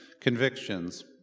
Convictions